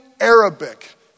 Arabic